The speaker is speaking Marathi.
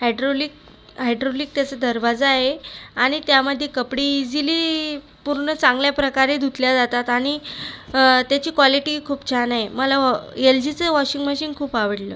हायड्रोलिक हायड्रोलिक त्याचा दरवाजा आहे आणि त्यामध्ये कपडे इझिली पूर्ण चांगल्या प्रकारे धुतले जातात आणि त्याची क्वालिटी खूप छान आहे मला एलजीचे वॉशिंग मशीन खूप आवडलं